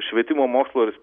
švietimo mokslo ir